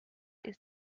ist